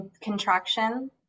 contraction